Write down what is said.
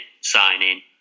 sign-in